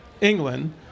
England